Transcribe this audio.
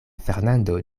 fernando